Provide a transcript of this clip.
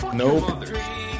nope